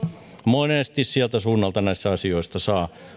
monesti sieltä suunnalta näistä asioista saa